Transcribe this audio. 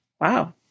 Wow